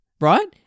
right